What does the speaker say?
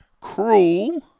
Cruel